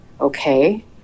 okay